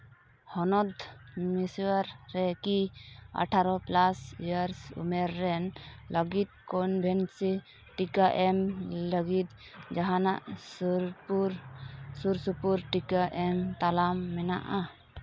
ᱦᱚᱱᱚᱛ ᱢᱤᱭᱥᱳᱨ ᱨᱮᱠᱤ ᱟᱴᱷᱟᱨᱚ ᱯᱞᱟᱥ ᱩᱢᱮᱨ ᱨᱮᱱ ᱞᱟᱹᱜᱤᱫ ᱠᱚᱱᱵᱷᱮᱱᱥᱤ ᱴᱤᱠᱟᱹ ᱮᱢ ᱞᱟᱹᱜᱤᱫ ᱡᱟᱦᱟᱱ ᱥᱩᱨᱼᱥᱩᱯᱩᱨ ᱴᱤᱠᱟᱹ ᱮᱢ ᱛᱟᱞᱢᱟ ᱢᱮᱱᱟᱜᱼᱟ